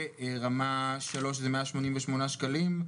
ורמה 3 זה 188 שקלים.